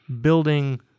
building